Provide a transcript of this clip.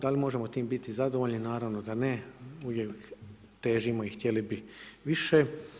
Da li možemo time biti zadovoljni, naravno da ne, uvijek težimo i htjeli bi više.